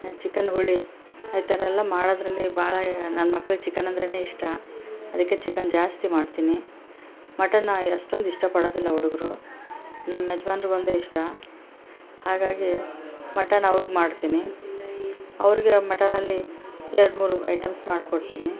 chicken ಹುಳಿ ಈ ಥರ ಎಲ್ಲ ಮಾಡೋದರಲ್ಲಿ ಭಾಳ ನನ್ನ ಮಕ್ಳಿಗೆ ಚಿಕನ್ ಅಂದ್ರೆಯೆ ಇಷ್ಟ ಅದಕ್ಕೆ ಚಿಕನ್ ಜಾಸ್ತಿ ಮಾಡ್ತೀನಿ ಮಟನ್ನೋಯ ಅಷ್ಟೊಂದಿಷ್ಟ ಪಡೋದಿಲ್ಲ ಹುಡುಗರು ನಮ್ಮ ಯಜ್ಮಾನರಿಗೆ ಒಂದೇ ಇಷ್ಟ ಹಾಗಾಗಿ ಮಟನ್ ಅವ್ರಿಗೆ ಮಾಡ್ತೀನಿ ಅವ್ರಿಗೆ ಮಟನಲ್ಲಿ ಎರಡ್ಮೂರು ಐಟಮ್ಸ್ ಮಾಡ್ಕೊಡ್ತೀನಿ